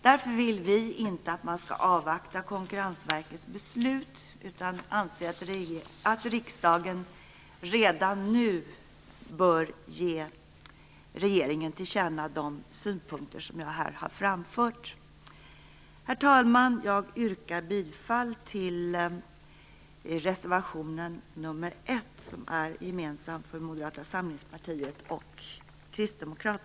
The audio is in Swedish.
Därför vill vi inte att man skall avvakta Konkurrensverkets beslut, utan vi anser att riksdagen redan nu bör ge regeringen till känna de synpunkter som jag här har framfört. Herr talman! Jag yrkar bifall till reservation nr 1